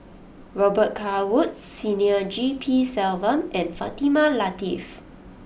Robet Carr Woods Senior G P Selvam and Fatimah Lateef